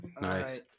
Nice